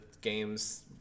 games